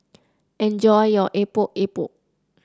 enjoy your Epok Epok